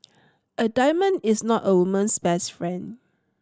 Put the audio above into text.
a diamond is not a woman's best friend